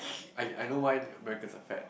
I I know why Americans are fat